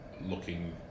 looking